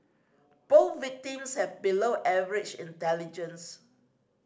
both victims have below average intelligence